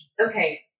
okay